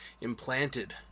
implanted